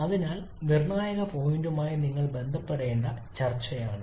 അതിനാൽ നിർണായക പോയിന്റുമായി നിങ്ങൾ ബന്ധപ്പെടേണ്ട ചർച്ചയാണിത്